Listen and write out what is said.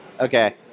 Okay